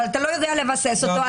אבל אתה לא יודע לבסס אותו,